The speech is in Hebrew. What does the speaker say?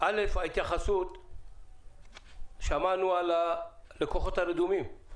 התייחסות לגבי הלקוחות הרדומים.